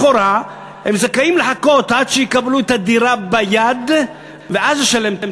לכאורה הם זכאים לחכות עד שיקבלו את הדירה ביד ואז לשלם את המע"מ,